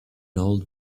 old